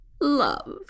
Love